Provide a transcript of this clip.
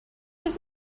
his